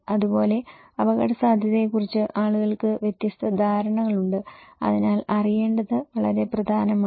അതുപോലെ അപകടസാധ്യതയെക്കുറിച്ച് ആളുകൾക്ക് വ്യത്യസ്ത ധാരണകളുണ്ട് അതിനാൽ അറിയേണ്ടത് വളരെ പ്രധാനമാണ്